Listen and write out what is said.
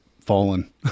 fallen